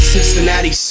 Cincinnati